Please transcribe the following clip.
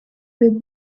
with